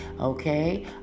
Okay